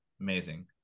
amazing